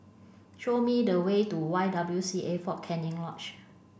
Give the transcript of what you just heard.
show me the way to Y W C A Fort Canning Lodge